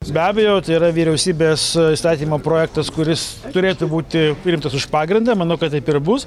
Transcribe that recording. be abejo tai yra vyriausybės įstatymo projektas kuris turėtų būti priimtas už pagrindą manau kad taip ir bus